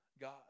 God